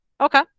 Okay